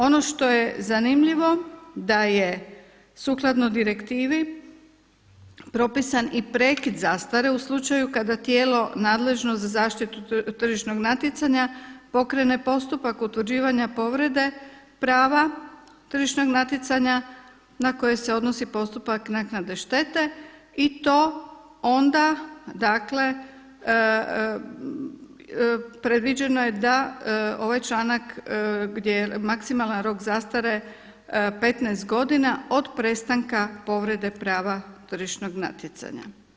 Ono što je zanimljivo da je sukladno direktivi propisan i prekid zastare u slučaju kada tijelo nadležno za zaštitu tržišnog natjecanja pokrene postupak utvrđivanja povrede prava tržišnog natjecanja na koje se odnosi postupak naknade štete i to onda, dakle predviđeno je da ovaj članak gdje je maksimalan rok zastare 15 godina od prestanka povrede prava tržišnog natjecanja.